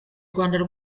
gutegura